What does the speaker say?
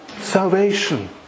Salvation